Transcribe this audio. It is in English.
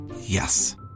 Yes